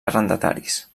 arrendataris